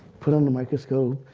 put it in the microscope,